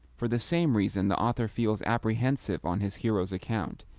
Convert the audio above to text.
for the same reason the author feels apprehensive on his hero's account,